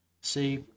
See